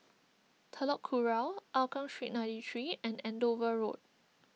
Telok Kurau Hougang Street ninety three and Andover Road